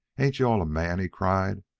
ain't you-all a man? he cried.